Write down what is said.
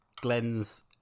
Glenn's